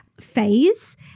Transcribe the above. phase